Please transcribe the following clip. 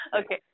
Okay